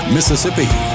Mississippi